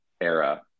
era